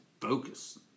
focus